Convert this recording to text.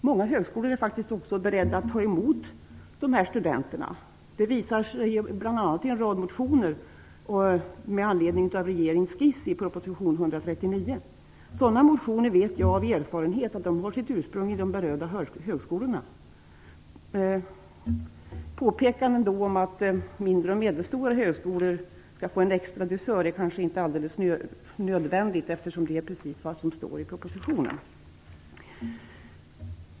Många högskolor är faktiskt också beredda att ta emot dessa studenter. Det visar sig bl.a. i en rad motioner med anledning av regeringens skiss i proposition 139. Jag vet av erfarenhet att sådana motioner har sitt ursprung i de berörda högskolorna. Påpekanden om att mindre och medelstora högskolor skall få en extra dosör kanske inte är alldeles nödvändiga, eftersom det är precis vad som står i propositionen.